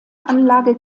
anlage